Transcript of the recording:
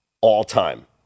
all-time